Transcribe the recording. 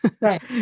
Right